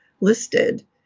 listed